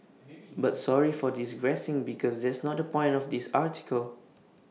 but sorry for digressing because that's not the point of this article